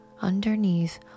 Underneath